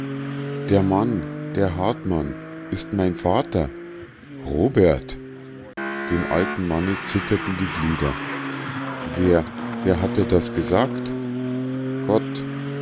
der mann der hartmann ist mein vater robert dem alten manne zitterten die glieder wer wer hat dir das gesagt gott